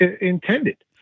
intended